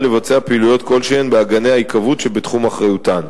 לבצע פעילויות כלשהן באגני ההיקוות שבתחום אחריותן.